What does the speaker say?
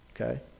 okay